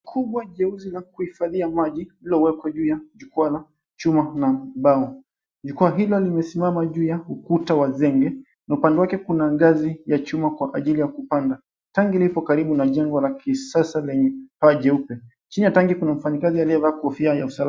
Kubwa, jeusi la kuhifadhia maji, lililoekwa juu ya jukwa la chuma, na kubanwa. Jukwa hilo limesimama juu ya ukuta wa zege, na upande wake kuna ngazi ya chuma kwa ajili ya kupanda. Tanki liko karibu na jengo la kisasa, lenye paa jeupe. Chini ya tanki kuna mfanyikazi aliyevaa kofia kwa ajili ya usalama.